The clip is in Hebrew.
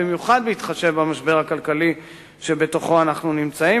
במיוחד בהתחשב במשבר הכלכלי שבתוכו אנחנו נמצאים,